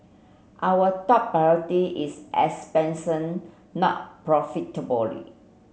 our top priority is expansion not profitably